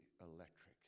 electric